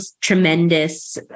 tremendous